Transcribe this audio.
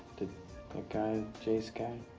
that guy, jace guy?